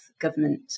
government